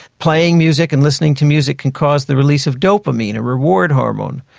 playing music and listening to music can cause the release of dopamine, a reward hormone.